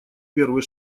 первый